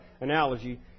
analogy